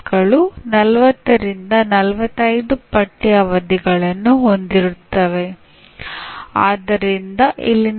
ಇಲ್ಲಿ ಅರಿತುಕೊಳ್ಳಬೇಕಾದ ಅಂಶವೆಂದರೆ ಕಲಿಕೆ ಖಂಡಿತವಾಗಿಯೂ ಸೂಚನೆಯಿಲ್ಲದೆ ಸಂಭವಿಸಬಹುದು